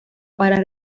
para